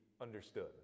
understood